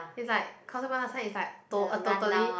is like Causeway Point last time is like to~ a totally